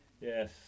yes